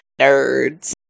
Nerds